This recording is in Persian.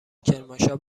کرمانشاه